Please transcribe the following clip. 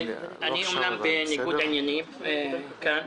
אני בניגוד עניינים כאן,